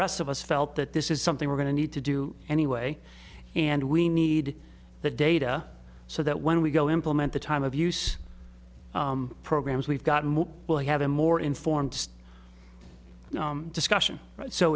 rest of us felt that this is something we're going to need to do anyway and we need the data so that when we go implement the time of use programs we've got more we'll have a more informed discussion so